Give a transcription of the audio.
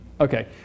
Okay